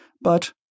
but—